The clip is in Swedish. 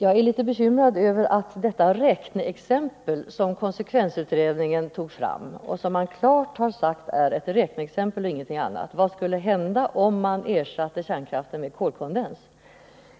Jag är litet bekymrad över hur man nu utnyttjar det räkneexempel som konsekvensutredningen tog fram och som gäller vad som skulle hända om man ersatte kärnkraften med kolkondenskraft.